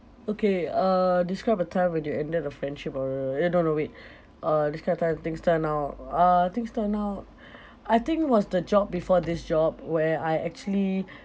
okay uh describe a time when you ended a friendship or eh no no wait uh describe a time when things turned out uh things turned out I think was the job before this job where I actually